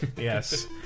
Yes